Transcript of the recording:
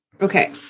Okay